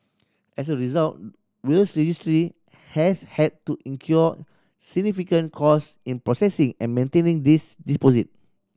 as a result Wills Registry has had to incur significant cost in processing and maintaining these deposit